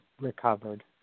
recovered